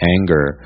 anger